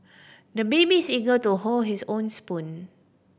the baby is eager to hold his own spoon